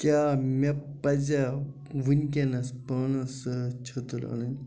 کیٛاہ مے پَزیٛاہ وٕنۍکٮ۪نَس پانس سۭتۍ چھٔتٔر اَنٕنۍ